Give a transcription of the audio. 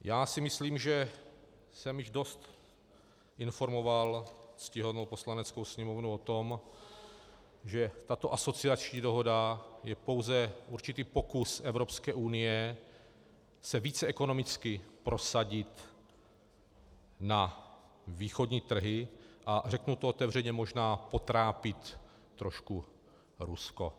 Já si myslím, že jsem již dost informoval ctihodnou Poslaneckou sněmovnu o tom, že tato asociační dohoda je pouze určitý pokus Evropské unie se více ekonomicky prosadit na východní trhy, a řeknu to otevřeně, možná potrápit trošku Rusko.